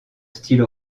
style